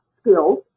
skills